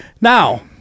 now